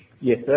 Yes